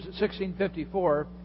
1654